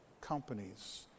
companies